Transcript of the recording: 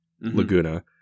Laguna